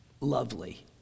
lovely